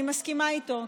אני מסכימה איתו.